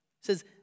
says